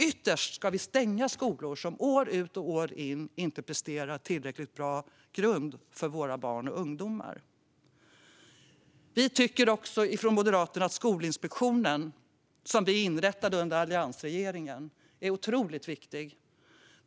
Ytterst ska vi stänga skolor som år ut och år in inte presterar en tillräckligt bra grund för våra barn och ungdomar. Vi moderater tycker också att Skolinspektionen, som vi inrättade under alliansregeringen, är otroligt viktig.